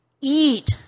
eat